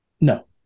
No